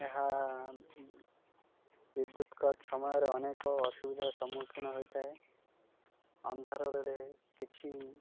ଏହା ବିଦ୍ୟୁତ୍ କଟ୍ ସମୟରେ ଅନେକ ଅସୁବିଧାର ସମ୍ମୁଖୀନ ହୋଇଥାଏ ଅନ୍ଧାରରେ ରେ କିଛି